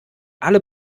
alle